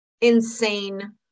insane